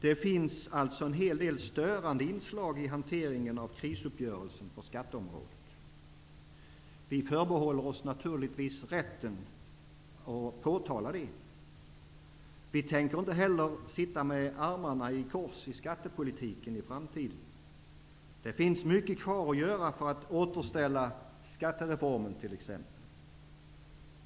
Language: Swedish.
Det finns alltså en hel del störande inslag i hanteringen av krisuppgörelsen när det gäller skatteområdet. Vi förbehåller oss naturligtvis rätten att påtala detta. Vi tänker inte heller sitta med armarna i kors i fråga om skattepolitiken i framtiden. Det finns t.ex. mycket kvar att göra för att återställa skattereformen.